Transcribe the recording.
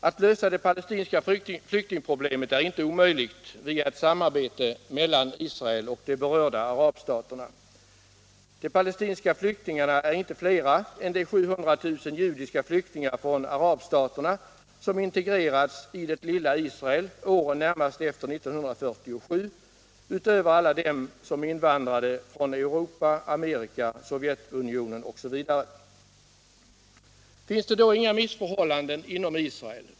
Att lösa det palestinska flyktingproblemet är inte omöjligt via ett samarbete mellan Israel och de berörda arabstaterna. De palestinska flyktingarna är inte flera än de 700 000 judiska flyktingar från arabstaterna som integrerats i det lilla Israel åren närmast efter 1947, utöver alla dem som invandrade från Europa, Amerika, Sovjetunionen osv. Finns det då inga missförhållanden inom Israel?